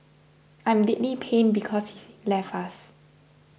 I'm deeply pained because he's left us